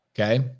Okay